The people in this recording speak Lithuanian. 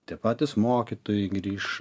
tie patys mokytojai grįš